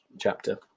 chapter